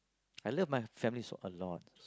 I love my family so a lot